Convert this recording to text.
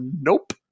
nope